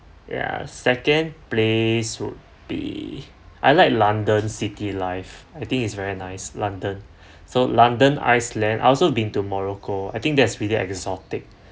ya second place would be I like london city life I think it's very nice london so london iceland I also been to morocco I think there's really exotic